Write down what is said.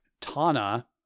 Tana